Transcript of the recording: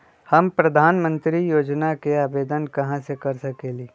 हम प्रधानमंत्री योजना के आवेदन कहा से कर सकेली?